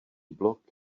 blok